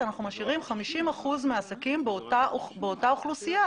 אנחנו משאירים 50 אחוזים מהעסקים באותה אוכלוסייה,